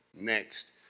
next